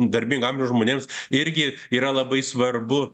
darbingo amžiaus žmonėms irgi yra labai svarbu